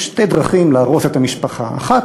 יש שתי דרכים להרוס את המשפחה: אחת,